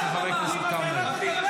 אתה מהחבר'ה של אמסלם, תתבייש.